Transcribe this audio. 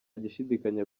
gushidikanya